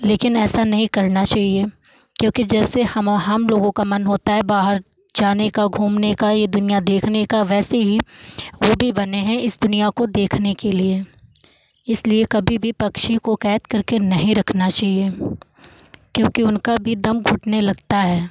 लेकिन ऐसा नहीं करना चहिए क्योंकि जैसे हमा हम लोगों को मन होता है बाहर जाने का घूमने का ये दुनियाँ देखने का वैसे ही वो भी बने हैं इस दुनियाँ को देखने के लिए इसलिए कभी भी पक्षी को कैद करके नहीं रखना चहिए क्योंकि उनका भी दम घुटने लगता है